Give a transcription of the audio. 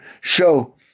show